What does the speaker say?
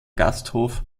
gasthof